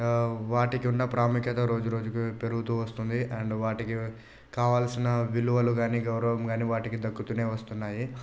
వాటికి ఉన్న ప్రాముఖ్యత రోజురోజుకు పెరుగుతూ వస్తుంది అండ్ వాటికి కావాల్సిన విలువలు కాని గౌరవం కానీ వాటికి దక్కుతూనే వస్తున్నాయి